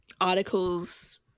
articles